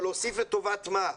אבל להוסיף לטובת מה?